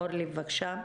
אורלי, בבקשה.